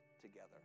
together